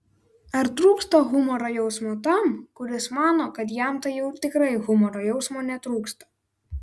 ar trūksta humoro jausmo tam kuris mano kad jam tai jau tikrai humoro jausmo netrūksta